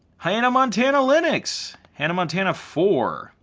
hannah montana linux. hannah montana four.